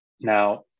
Now